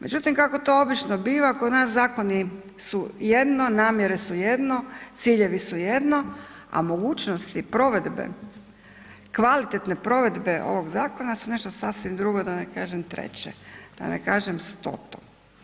Međutim kako to obično biva kod nas zakoni su jedno, namjere su jedno, ciljevi su jedno a mogućnosti provedbe, kvalitetne provedbe ovog zakona su nešto sasvim drugo, da ne kažem treće, da ne kažem stoto.